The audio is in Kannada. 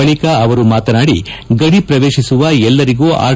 ಬಳಕ ಅವರು ಮಾತನಾಡಿ ಗಡಿ ಪ್ರವೇತಿಸುವ ಎಲ್ಲರಿಗೂ ಆರ್